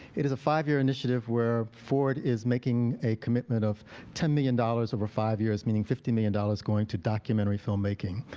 it is a five-year initiative where ford is making a commitment of ten million dollars over five years, meaning fifty million dollars going to documentary filmmaking.